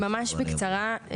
ממש בקצרה,